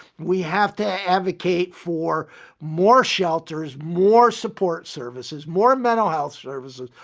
we have to advocate for more shelters, more support services, more and mental health services,